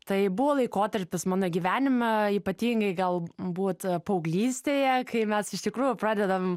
tai buvo laikotarpis mano gyvenime ypatingai gal būt paauglystėje kai mes iš tikrųjų pradedam